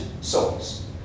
souls